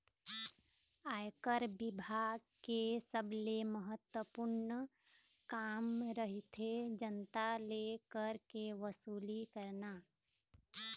आयकर बिभाग के सबले महत्वपूर्न काम रहिथे जनता ले कर के वसूली करना